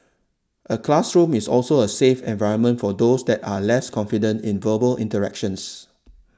a classroom is also a 'safe' environment for those that are less confident in verbal interactions